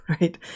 right